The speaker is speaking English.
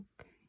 okay